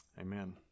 Amen